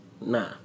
nah